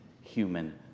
human